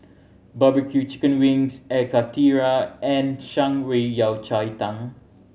barbecue chicken wings Air Karthira and Shan Rui Yao Cai Tang